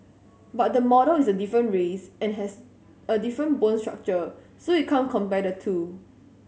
but the model is a different race and has a different bone structure so you can't compare the two